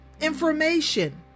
information